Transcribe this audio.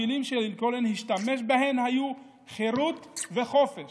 המילים שלינקולן השתמש בהן היו "חירות" ו"חופש".